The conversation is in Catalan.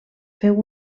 feu